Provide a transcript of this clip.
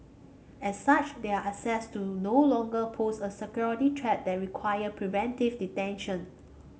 as such they are assessed to no longer pose a security threat that required preventive detention